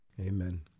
Amen